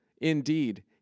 Indeed